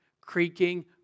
creaking